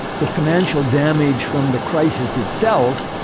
the financial damage from the crisis itself.